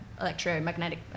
electromagnetic